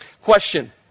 Question